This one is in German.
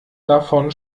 davon